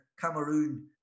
Cameroon